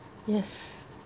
yes